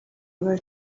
were